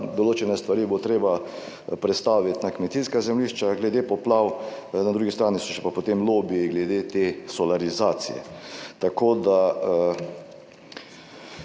določene stvari bo treba prestaviti na kmetijska zemljišča glede poplav, na drugi strani so še pa potem lobiji glede te solarizacije. Tako, da